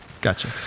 Gotcha